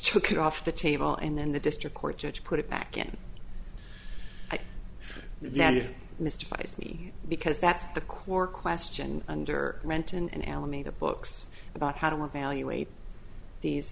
took it off the table and then the district court judge put it back in then it mystifies me because that's the core question under renton and alameda books about how to revaluate these